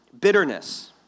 bitterness